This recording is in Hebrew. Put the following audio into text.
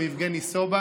יבגני סובה,